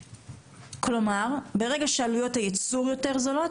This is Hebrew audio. ברגע שעלויות הייצור יותר זולות,